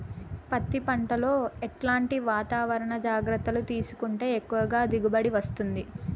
పత్తి పంట లో ఎట్లాంటి వాతావరణ జాగ్రత్తలు తీసుకుంటే ఎక్కువగా దిగుబడి వస్తుంది?